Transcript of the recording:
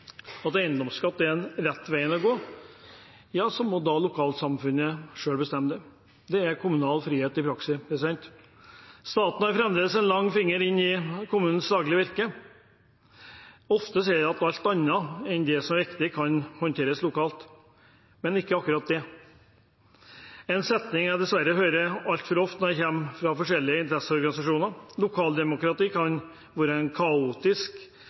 eiendomsskatt er den rette veien å gå, så må lokalsamfunnet selv få bestemme det. Det er kommunal frihet i praksis. Staten har fremdeles en lang finger inn i kommunens daglige virke. Ofte er det slik at alt annet enn det som er viktig, kan håndteres lokalt, men ikke akkurat dette. Det er en setning jeg dessverre hører altfor ofte hører fra forskjellige interesseorganisasjoner. Lokaldemokrati kan være kaotisk,